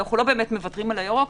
אנחנו לא באמת מוותרים על הירוק.